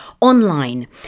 online